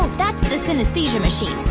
that's the synesthesia machine.